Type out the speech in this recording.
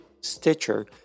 Stitcher